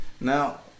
Now